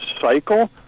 cycle